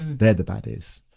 they're the baddies.